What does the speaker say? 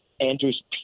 Andrews